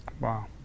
Wow